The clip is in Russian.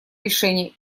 решения